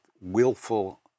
willful